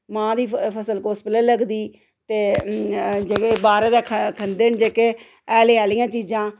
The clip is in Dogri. मांह् दी फसल कुस बैल्ले लगदी ते जेह्के बाह्रा दी खंदे ने जेह्के हैले आह्लियां चीजां